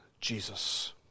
Jesus